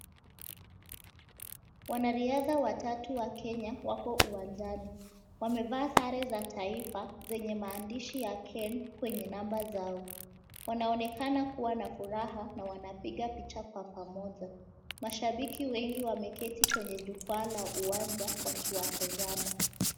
Wanariadha watatu wakenya wako uwanjani. Wamevaa sare za taifa zenye maandishi ya, "KEN" kwenye namba zao. Wanaonekana kuwa na furaha na wanapiga picha kwa pamoja. Mashabiki wengi wameketi kwenye jukwaa la uwanja wakiwatazama.